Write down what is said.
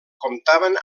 comptaven